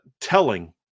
telling